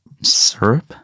syrup